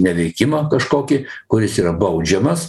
neveikimą kažkokį kuris yra baudžiamas